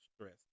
stress